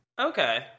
Okay